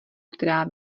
která